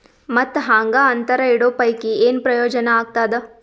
ಮತ್ತ್ ಹಾಂಗಾ ಅಂತರ ಇಡೋ ಪೈಕಿ, ಏನ್ ಪ್ರಯೋಜನ ಆಗ್ತಾದ?